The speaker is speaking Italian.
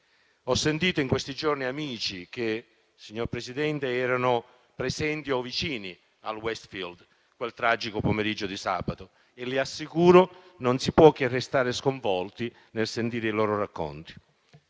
Ho sentito in questi giorni amici che, signor Presidente, erano presenti o vicini al Westfield quel tragico pomeriggio di sabato e le assicuro che non si può che restare sconvolti nel sentire i loro racconti.